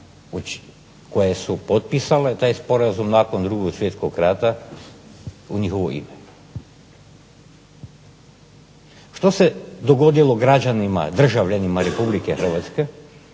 koje su potpisale taj Sporazum nakon Drugog svjetskog rata u njihovo ime. Što se dogodilo građanima, državljanima Republike Hrvatske